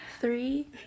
Three